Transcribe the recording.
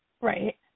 right